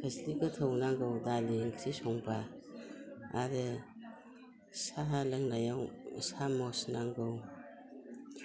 खोस्लि गोथौ नांगौ दालि ओंख्रि संब्ला आरो साहा लोंनायाव साम'स नांगौ